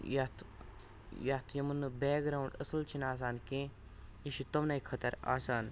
یَتھ یَتھ یِمَن نہٕ بیک گرٛاؤنٛڈ اَصٕل چھُنہٕ آسان کیٚنٛہہ یِہِ چھُ تِمنٕے خٲطرٕ آسان